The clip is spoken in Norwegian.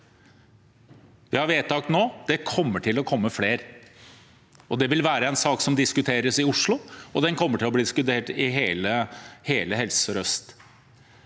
Vi har et vedtak nå, og det kommer til å komme flere, og dette vil være en sak som diskuteres i Oslo, og den kommer til å bli diskutert i hele Helse